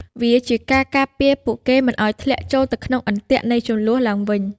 វាជាការការពារពួកគេមិនឱ្យធ្លាក់ចូលទៅក្នុងអន្ទាក់នៃជម្លោះឡើងវិញ។